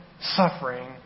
suffering